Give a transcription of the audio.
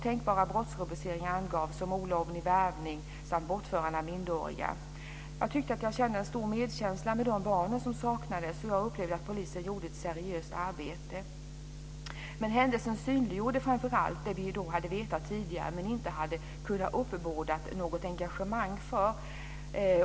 Tänkbara brottsrubriceringar som olovlig värvning och bortförande av minderåriga angavs. Jag kände en stor medkänsla med de barn som saknades, och jag upplevde att polisen gjorde ett seriöst arbete. Framför allt synliggjorde händelsen det vi hade vetat tidigare men inte hade kunnat uppbåda något engagemang för.